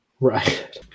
Right